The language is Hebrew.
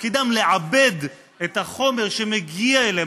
לעבד את החומר שמגיע אליהם,